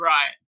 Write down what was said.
Right